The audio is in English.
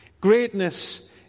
Greatness